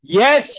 yes